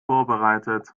vorbereitet